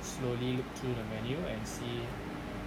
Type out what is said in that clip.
slowly look through the menu and see